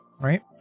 right